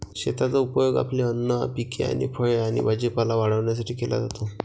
शेताचा उपयोग आपली अन्न पिके आणि फळे आणि भाजीपाला वाढवण्यासाठी केला जातो